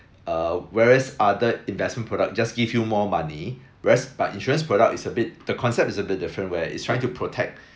err whereas other investment product just give you more money whereas but insurance product is a bit the concept is a bit different where it's trying to protect